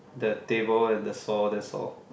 the table and the saw that's all